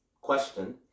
question